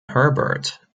herbert